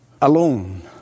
alone